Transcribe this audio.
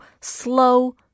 slow